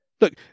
Look